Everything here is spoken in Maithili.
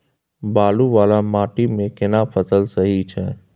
बालू वाला माटी मे केना फसल सही छै?